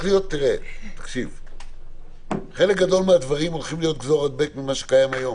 חלק גדול הדברים הולכים להיות כפי שקיים היום.